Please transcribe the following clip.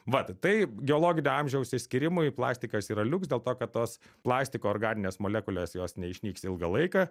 vat tai geologinio amžiaus išskyrimui plastikas yra liuks dėl to kad tos plastiko organinės molekulės jos neišnyks ilgą laiką